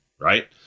right